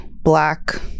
black